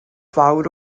fawr